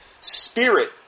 spirit